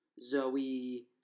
Zoe